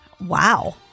Wow